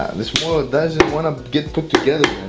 and this world doesn't want to get together